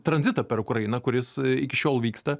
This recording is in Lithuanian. tranzitą per ukrainą kuris iki šiol vyksta